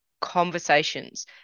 conversations